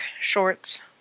shorts